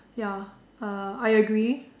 ya uh I agree